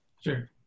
Sure